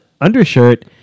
undershirt